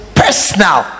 personal